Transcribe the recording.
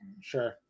Sure